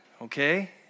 okay